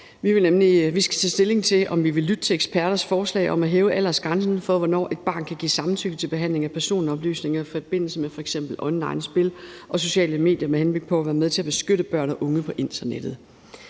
Vi skal tage stilling til, om vi vil lytte til eksperters forslag om at hæve aldersgrænsen for, hvornår et barn kan give samtykke til behandling af personoplysninger i forbindelse med f.eks. onlinespil og sociale medier, og det er med henblik på at være med til at beskytte børn og unge på internettet.